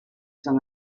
san